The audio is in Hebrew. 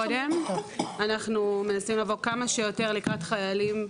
אנחנו מנסים לבוא כמה שיותר לקראת חיילים,